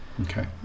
Okay